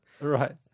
Right